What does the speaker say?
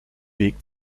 weg